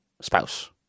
spouse